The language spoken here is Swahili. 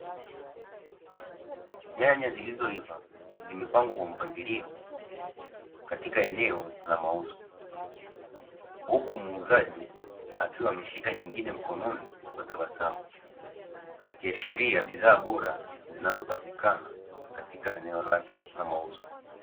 Nyanya zilizoiva zimepangwa kwa mpangilio katika eneo la mauzo, huku muuzaji akiwa ameshikilia nyingine mkononi kwa tabasamu. Akiashiria bidhaa bora zinazopatikana katika eneo lake la mauzo.